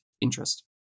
Interest